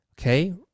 Okay